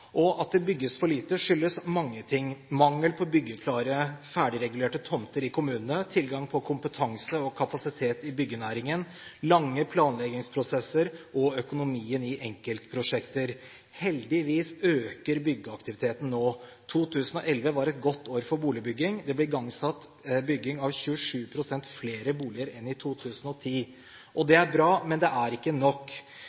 byene. At det bygges for lite, skyldes mange ting: mangel på byggeklare ferdigregulerte tomter i kommunene, tilgang på kompetanse og kapasitet i byggenæringen, lange planleggingsprosesser og økonomien i enkeltprosjekter. Heldigvis øker byggeaktiviteten nå. 2011 var et godt år for boligbygging. Det ble igangsatt bygging av 27 pst. flere boliger enn i 2010.